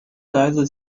来自